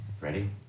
Ready